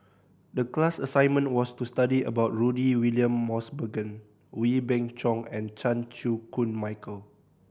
the class assignment was to study about Rudy William Mosbergen Wee Beng Chong and Chan Chew Koon Michael